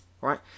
right